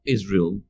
Israel